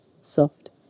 soft